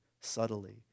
subtly